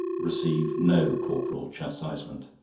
received no corporal chastisement.